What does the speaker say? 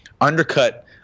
undercut